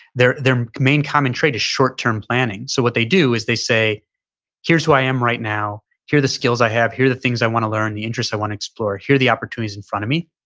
their their main common trait is short-term planning. so what they do is they say here's who i am right now. here are the skills i have here are the things i want to learn, the interest i want to explore. here are the opportunities in front of me.